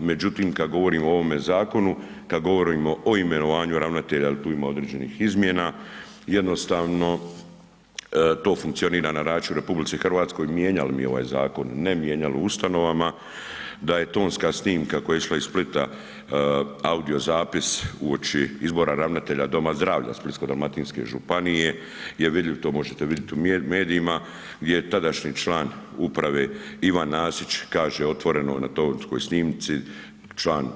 Međutim, kad govorimo o ovome zakonu, kad govorimo o imenovanju ravnatelja jel tu ima određenih izmjena, jednostavno to funkcionira na način u RH mijenjali mi ovaj zakon ili ne, mijenjali o ustanovama, da je tonska snimka koja je išla iz Splita audio zapis uoči izbora ravnatelja doma zdravlja Splitsko-dalmatinske županije je vidljiv, to možete vidjet u medijima, gdje je tadašnji član uprave Ivan Nasić kaže otvoreno na tonskoj snimci, član